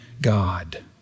God